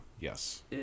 Yes